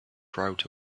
crowd